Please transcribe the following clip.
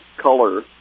color